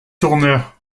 tourneur